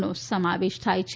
નો સમાવેશ થાય છે